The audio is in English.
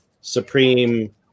supreme